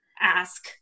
ask